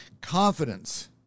Confidence